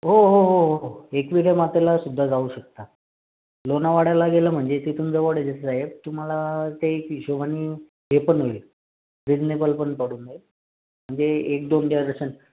हो हो हो हो एकविरा मातेलासुद्धा जाऊ शकता लोणावळ्याला गेलं म्हणजे तिथून जवळच आहे ते साहेब तुम्हाला ते हिशोबानी ते पण होईल रिझनेबल पण पडून जाईल म्हणजे एक दोन दर्शन